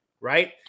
right